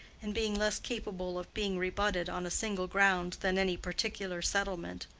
and being less capable of being rebutted on a single ground than any particular settlement.